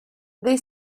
they